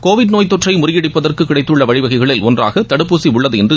Covid நோய் தொற்றை முறியடிப்பதற்கு கிடைத்துள்ள வழிவகைகளில் ஒன்றாக தடுப்பூசி உள்ளது என்று